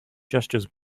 gestures